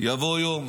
יבוא יום